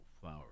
flower